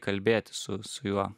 kalbėti su su juo